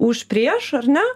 už prieš ar ne